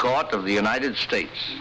court of the united states